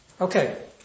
Okay